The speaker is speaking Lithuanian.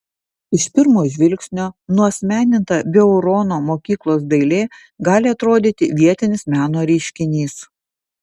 iš pirmo žvilgsnio nuasmeninta beurono mokyklos dailė gali atrodyti vietinis meno reiškinys